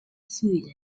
sweden